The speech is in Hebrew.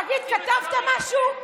תגיד, כתבת משהו?